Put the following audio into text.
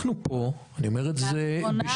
למי